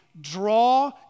draw